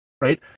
right